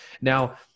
now